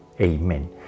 Amen